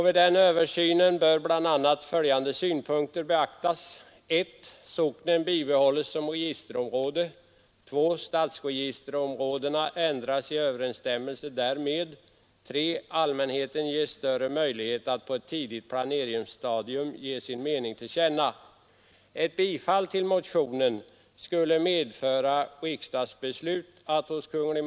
Vid översynen bör bl.a. följande synpunkter beaktas: 3. Allmänheten ges större möjlighet att på ett tidigt planeringsstadium ge sin mening till känna.